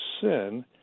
sin